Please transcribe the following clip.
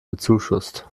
bezuschusst